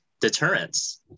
deterrence